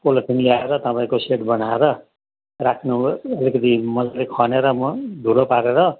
polythene ल्याएर तपाईँको shed बनाएर राख्नु हो अलिकिति मज्जाले खनेर म धुलो पारेर